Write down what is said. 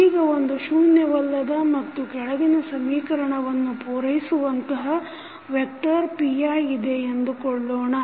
ಈಗ ಒಂದು ಶೂನ್ಯವಲ್ಲದ ಮತ್ತು ಕೆಳಗಿನ ಸಮೀಕರಣವನ್ನು ಪೂರೈಸುವಂತಹ ವ್ಯಕ್ಟರ್ pi ಇದೆ ಎಂದುಕೊಳ್ಳೋಣ